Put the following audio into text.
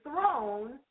throne